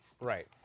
Right